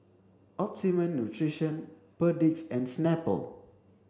Optimum Nutrition Perdix and Snapple